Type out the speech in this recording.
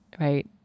Right